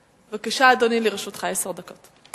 בבקשה, אדוני, לרשותך עשר דקות.